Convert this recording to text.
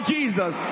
Jesus